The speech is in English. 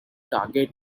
target